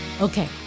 Okay